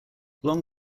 long